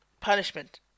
punishment